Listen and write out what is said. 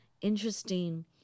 interesting